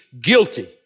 guilty